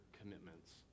commitments